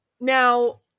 Now